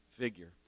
figure